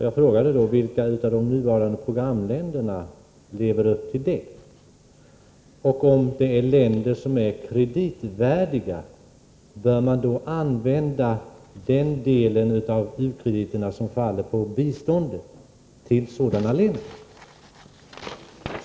Jag frågade då: Vilka av de nuvarande programländerna lever upp till det? Jag frågade vidare: Om det är länder som är kreditvärdiga, bör man då använda den del av u-krediterna som faller på biståndet till sådana länder?